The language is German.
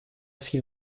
viel